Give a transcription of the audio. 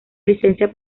licencia